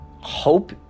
hope